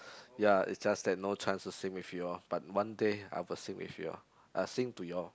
ya it's just that no chance to sing with you all but one day I will sing with you all sing to you all